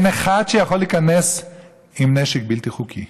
אין אחד שיכול להיכנס עם נשק בלתי חוקי.